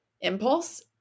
impulse